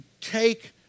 take